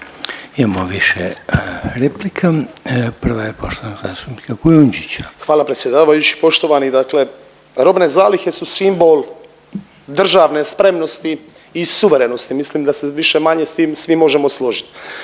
Imamo više replika. Prva je poštovanog zastupnika Kujundžića. **Kujundžić, Ante (MOST)** Hvala predsjedavajući. Poštovani dakle robne zalihe su simbol državne spremnosti i suverenosti, mislim da se više-manje s tim svi možemo složit.